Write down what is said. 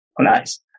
Nice